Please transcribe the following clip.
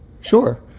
sure